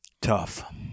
Tough